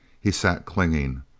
he sat clinging.